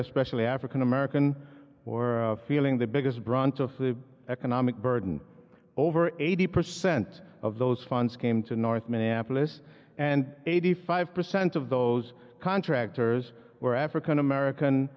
especially african american or feeling the biggest brunt of the economic burden over eighty percent of those funds came to north minneapolis and eighty five percent of those contractors were african american